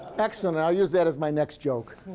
excellent. i'll use that as my next joke.